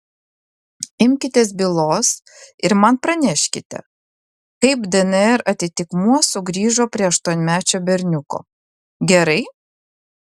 imkitės bylos ir man praneškite kaip dnr atitikmuo sugrįžo prie aštuonmečio berniuko gerai